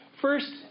First